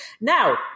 Now